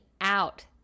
out